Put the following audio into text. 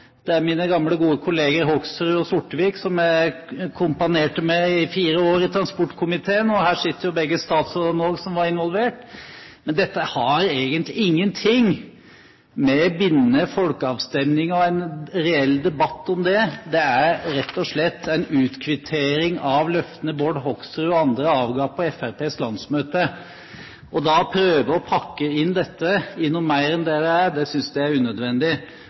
Det er mine gamle, gode kolleger Hoksrud og Sortevik, som jeg kamperte med i fire år i transportkomiteen. Og her sitter jo de to statsrådene som var involvert også. Men dette har egentlig ingenting med bindende folkeavstemning og en reell debatt om det å gjøre, det er rett og slett en utkvittering av løftene Bård Hoksrud og andre avga på Fremskrittspartiets landsmøte. Da å prøve å pakke inn dette i noe mer enn det det er, synes jeg er unødvendig.